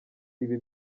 ibi